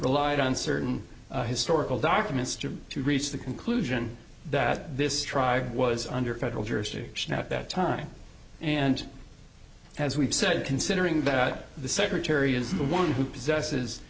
relied on certain historical documents to to reach the conclusion that this tribe was under federal jurisdiction at that time and as we've said considering that the secretary is the one who possesses